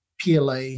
PLA